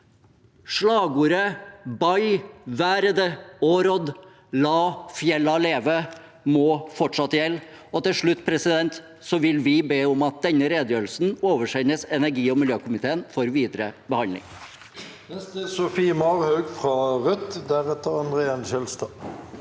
Slagordet «Baajh vaeride årrodh», «La fjella leve», må fortsatt gjelde. Til slutt vil vi be om at denne redegjø relsen oversendes energi- og miljøkomiteen for videre behandling.